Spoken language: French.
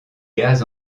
gaz